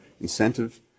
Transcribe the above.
incentive